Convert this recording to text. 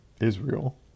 Israel